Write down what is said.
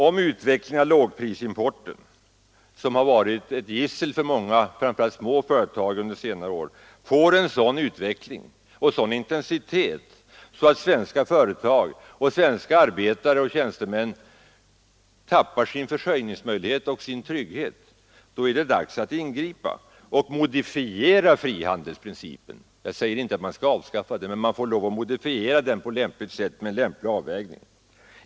Om lågprisimporten, som har varit ett gissel för många framför allt små företag under senare år, får en sådan utveckling och intensitet att svenska företag och svenska arbetare och tjänstemän tappar sin försörjningsmöjlighet och sin trygghet, då är det dags att ingripa. Jag säger inte att man skall avskaffa frihandelsprincipen, men man får lov att modifiera den med lämpliga avvägningar.